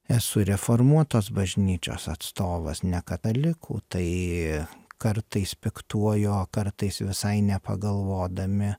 esu reformuotos bažnyčios atstovas ne katalikų tai kartais piktuoju o kartais visai nepagalvodami